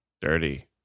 Dirty